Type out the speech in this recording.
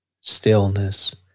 stillness